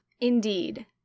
Indeed